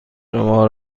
شما